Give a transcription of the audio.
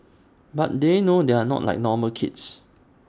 but they know they are not like normal kids